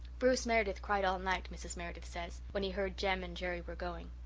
bruce meredith cried all night, mrs. meredith says, when he heard jem and jerry were going.